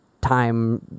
time